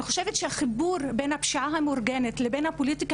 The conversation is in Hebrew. אני חושבת שהחיבור בין הפשיעה המאורגנת לבין הפוליטיקה